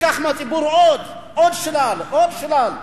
ניקח מהציבור עוד, עוד שלל, עוד שלל.